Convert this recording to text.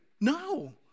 No